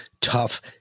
tough